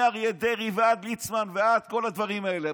מאריה דרעי ועד ליצמן וכל הדברים האלה.